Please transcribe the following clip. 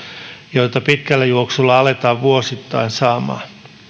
joita pitkällä juoksulla aletaan vuosittain saamaan